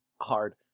hard